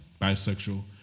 bisexual